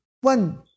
one